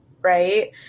right